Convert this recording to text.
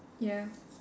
ya